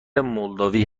مولداوی